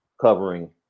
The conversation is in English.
covering